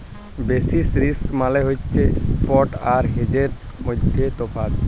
basis risk মালে হছে ইস্প্ট আর হেজের মইধ্যে তফাৎ